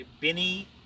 Benny